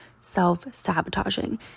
self-sabotaging